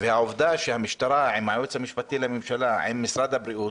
עובדה שהמשטרה עם הייעוץ המשפטי לממשלה ועם משרד הבריאות